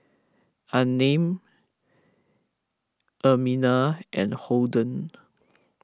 Unnamed Ermina and Holden